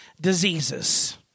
diseases